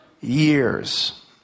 years